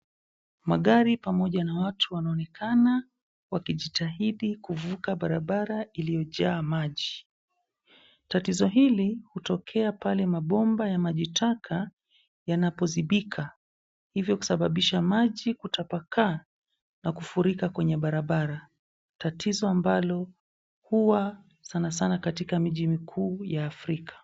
Magari pamoja na watu wanaonekana wakijitahidi kuvuka barabara iliyojaa maji. Tatizo hili hutokea pale mabomba ya maji taka yanapozibika, hivyo kusababisha maji kutapakaa na kufurika kwenye barabara, tatizo ambalo huwa sanasana katika miji mikuu ya Afrika.